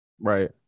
Right